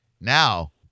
Now